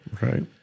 right